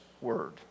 Word